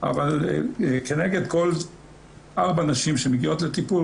אבל כנגד כל ארבע נשים שמגיעות לטיפול,